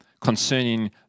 concerning